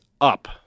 up